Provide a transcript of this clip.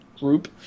group